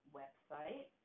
website